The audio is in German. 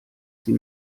sie